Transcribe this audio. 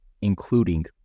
including